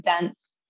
dense